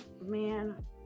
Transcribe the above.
Man